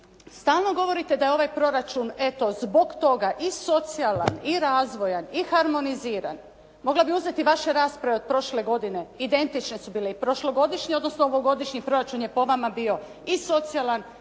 Stalno govorite da je ovaj proračun eto zbog toga i socijalan i razvojan i harmoniziran. Mogla bih uzeti vaše rasprave od prošle godine identične su bile i prošlogodišnje odnosno ovogodišnji proračun je po vama bio i socijalan